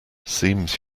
seems